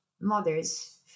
mothers